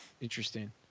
interesting